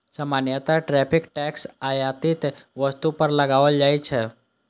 सामान्यतः tariff tax आयातित वस्तु पर लगाओल जाइ छै